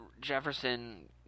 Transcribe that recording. Jefferson